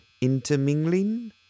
Intermingling